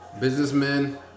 businessmen